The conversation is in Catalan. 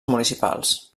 municipals